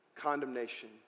Condemnation